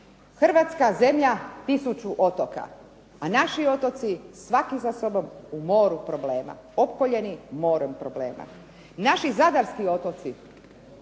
Hrvatska zemlja tisuću otoka, a naši otoci svaki za sobom u moru problema. Opkoljeni morem problema. Naši zadarski otoci